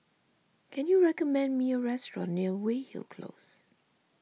can you recommend me a restaurant near Weyhill Close